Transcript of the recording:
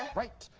right.